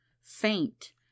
faint